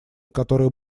которое